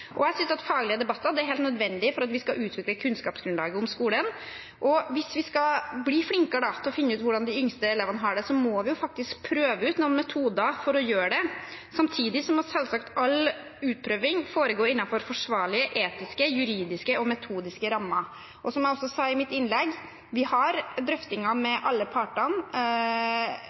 Jeg synes at faglige debatter er helt nødvendig for å utvikle kunnskapsgrunnlaget om skolen. Hvis vi skal bli flinkere til å finne ut hvordan de yngste elevene har det, må vi faktisk prøve ut noen metoder for å gjøre det. Samtidig må selvsagt all utprøving foregå innenfor forsvarlige etiske, juridiske og metodiske rammer. Som jeg sa i mitt innlegg, har vi drøftinger med alle partene